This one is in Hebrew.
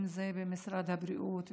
אם זה במשרד הבריאות,